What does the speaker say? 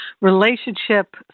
relationship